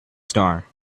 star